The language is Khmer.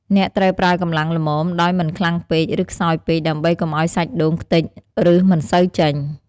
អ្នកត្រូវប្រើកម្លាំងល្មម ដោយមិនខ្លាំងពេក ឬខ្សោយពេក ដើម្បីកុំឱ្យសាច់ដូងខ្ទេច ឬមិនសូវចេញ។